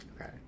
Okay